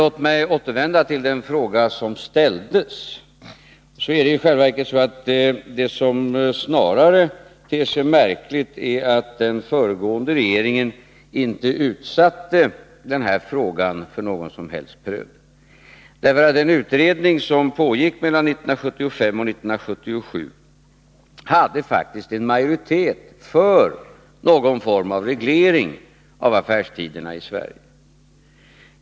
Låt mig återvända till den fråga som ställdes. Det är i själva verket så att det som snarare ter sig märkligt är att den föregående regeringen inte utsatte den här frågan för någon som helst prövning. Den utredning som pågick mellan 1975 och 1977 hade faktiskt en majoritet för någon form av reglering av affärstiderna i Sverige.